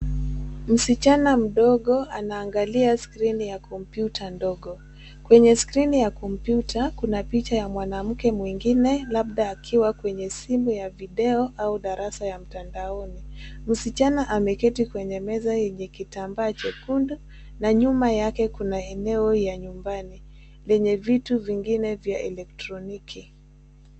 Msichana mdogo anaangalia skrini ya kompyuta ndogo. Kwenye skirini ya kompyuta, kuna picha ya mwanamke mwingine labda akiwa kwenye simu ya video au darasa ya mtandaoni. Msichana ameketi kwenye meza yenye kitambaa jekundu na nyuma yake kuna eneo ya nyumbani lenye vitu vingine vya elektroniki.